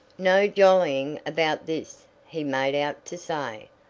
no jollying about this, he made out to say,